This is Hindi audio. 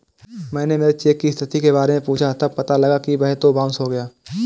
मैंने मेरे चेक की स्थिति के बारे में पूछा तब पता लगा कि वह तो बाउंस हो गया है